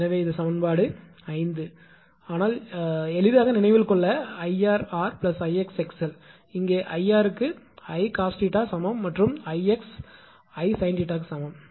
எனவே இது சமன்பாடு 5 சரியானது ஆனால் எளிதாக நினைவில் கொள்ள 𝐼𝑟𝑟 𝐼𝑥𝑥𝑙 இங்கே 𝐼𝑟 க்கு 𝐼 cos 𝜃 சமம் மற்றும் 𝐼𝑥 𝐼 sin 𝜃 சமம்